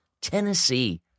Tennessee